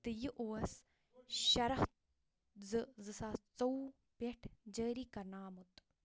تہٕ یہِ اوس شُراہ زٕ زٕ ساس ژوٚوُہ پٮ۪ٹھ جٲری کرنہٕ آمُت